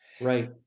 Right